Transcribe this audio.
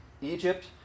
Egypt